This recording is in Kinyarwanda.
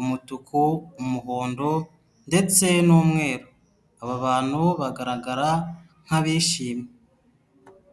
umutuku, umuhondo ndetse n'umweru. Aba bantu bagaragara nk'abishimye.